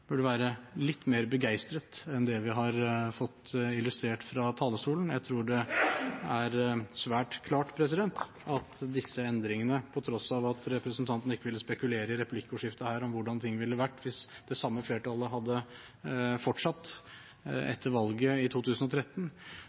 burde være litt mer begeistret enn det vi har fått illustrert fra talerstolen. Jeg tror det er svært klart at disse endringene – på tross av at representanten i replikkordskiftet her ikke ville spekulere i hvordan ting ville ha vært hvis det samme flertallet hadde fortsatt etter valget i 2013